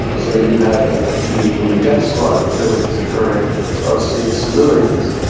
so you had ah the death squad killings occurring of sunni civilians.